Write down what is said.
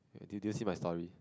do you do you see my stories